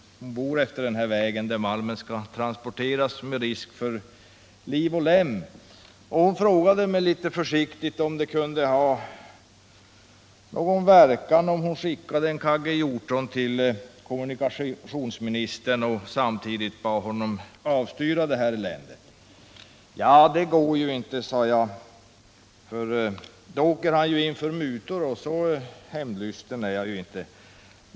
Hon bor vid den väg där malmen skall transporteras, med risk till liv och lem för människorna, och hon undrade litet försiktigt om det kunde ha någon verkan om hon skickade en kagge hjortron till kommunikationsministern och samtidigt bad honom avstyra detta elände. Jag svarade att det inte går, eftersom kommunikationsministern då kan fällas för att ha tagit mutor, och jag är inte så hämndlysten att jag önskar honom något sådant.